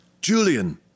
Julian